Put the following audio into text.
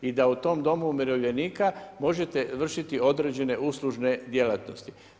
I da u tom domu umirovljenika možete vršiti određene uslužne djelatnosti.